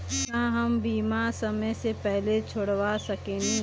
का हम बीमा समय से पहले छोड़वा सकेनी?